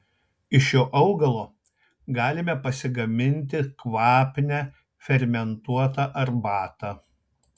iš šio augalo galime pasigaminti kvapnią fermentuotą arbatą